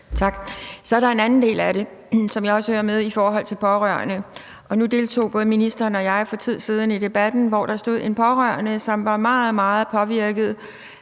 Så er der en anden del af det, som jo også hører med, i forhold til pårørende. Nu deltog både ministeren og jeg for noget tid siden i Debatten, hvor der stod en pårørende, som var meget, meget påvirket